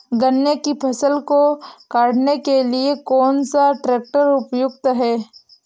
गन्ने की फसल को काटने के लिए कौन सा ट्रैक्टर उपयुक्त है?